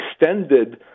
extended